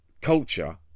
culture